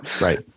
Right